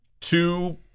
two